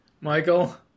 Michael